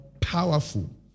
powerful